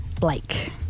Blake